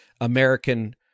American